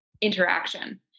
interaction